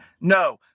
No